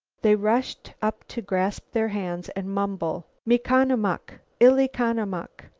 they rushed up to grasp their hands and mumble me-con-a-muck! il-e-con-a-muck!